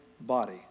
body